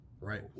Right